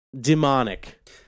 demonic